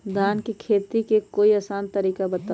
धान के खेती के कोई आसान तरिका बताउ?